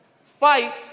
Fight